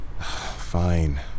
Fine